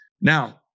Now